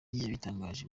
yabitangaje